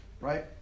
Right